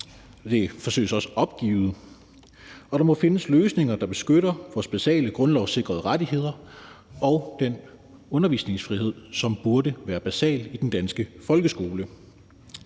det forsøges også opgivet – og der må findes løsninger, der beskytter vores basale grundlovssikrede rettigheder og den undervisningsfrihed, som burde være basal i den danske folkeskole.